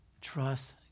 trust